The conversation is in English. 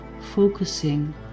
focusing